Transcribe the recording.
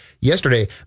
yesterday